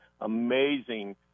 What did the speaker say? amazing